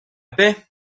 paix